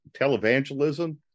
televangelism